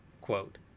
quote